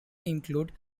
include